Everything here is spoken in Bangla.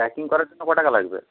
প্যাকিং করার জন্য কটাকা লাগবে